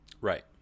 right